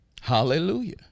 Hallelujah